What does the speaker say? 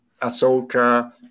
Ahsoka